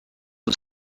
was